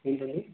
ఏంటండి